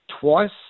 twice